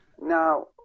Now